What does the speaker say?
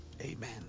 Amen